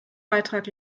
beitrag